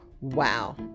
Wow